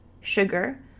sugar